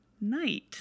night